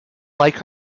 like